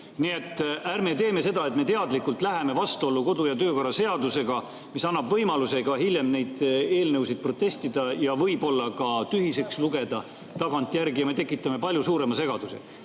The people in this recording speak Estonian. Nii et ärme teeme seda, et me teadlikult läheme vastuollu kodu- ja töökorra seadusega, mis annab võimaluse hiljem neid eelnõusid protestida ja võib-olla ka tühiseks lugeda tagantjärgi. Me tekitame palju suurema segaduse.